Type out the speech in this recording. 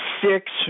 six